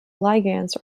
ligands